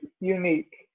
unique